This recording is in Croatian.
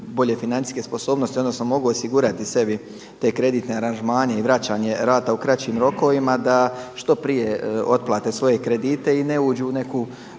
bolje financijske sposobnosti odnosno mogu osigurati sebi te kreditne aranžmane i vraćanje rata u kraćim rokovima da što prije otplate svoje kredite i ne uđu u neku,